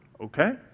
Okay